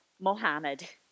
Mohammed